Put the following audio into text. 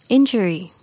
Injury